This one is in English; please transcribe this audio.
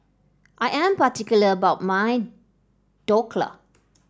I am particular about my Dhokla